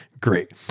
Great